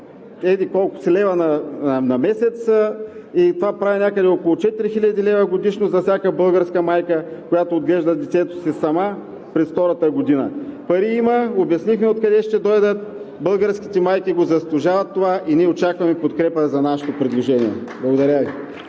еди-колко си лева на месец и това прави някъде около 4000 лв. годишно за всяка българска майка, която отглежда детето си сама през втората година. Пари има – обяснихме откъде ще дойдат. Българските майка заслужават това и ние очакваме подкрепа за нашето предложение. Благодаря Ви.